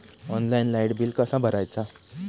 Online light bill कसा भरायचा?